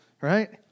right